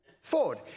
Ford